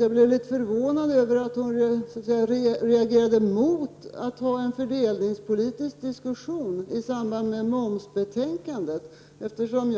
Jag blev litet förvånad över att Görel Thurdin reagerade mot att föra en fördelningspolitisk diskussion i samband med behandlingen av momsbetänkandet.